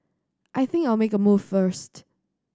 I think I'll make a move first